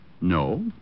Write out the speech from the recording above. No